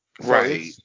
Right